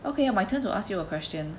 okay my turn to ask you a question